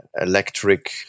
electric